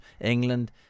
England